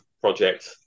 project